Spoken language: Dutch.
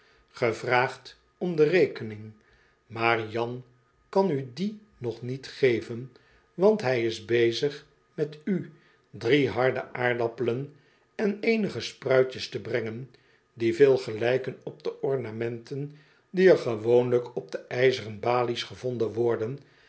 ge vraagt om de rekening maar jan kan u die nog niet geven want hh is bezig met u drie harde aardappelen en eonige spruitjes te brengen die veel gelijken op de ornamenten die er gewoonlijk op de ijzeren balies gevonden worden